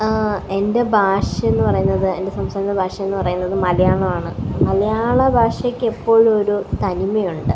എന്റെ ഭാഷയെന്നു പറയുന്നത് എന്റെ സംസാര ഭാഷയെന്നു പറയുന്നത് മലയാളമാണ് മലയാള ഭാഷയ്ക്ക് എപ്പോഴും ഒരു തനിമയുണ്ട്